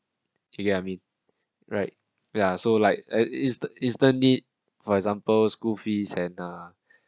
ya I mean right ya so like is the is the need for example school fees and uh